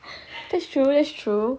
that's true that's true